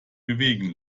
bewegen